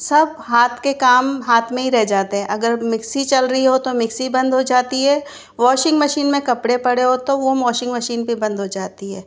सब हाथ के काम हाथ में ही रह जाते हैं अगर मिक्सी चल रही हो तो मिक्सी बंद हो जाती है वाशिंग मशीन में कपड़े पड़े हो तो वो वाशिंग मशीन भी बंद हो जाती है